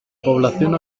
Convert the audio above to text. población